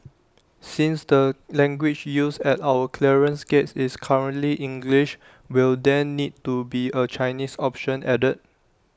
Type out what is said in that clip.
since the language used at our clearance gates is currently English will there need to be A Chinese option added